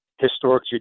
historic